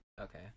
Okay